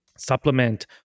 Supplement